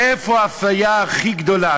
איפה האפליה הכי גדולה?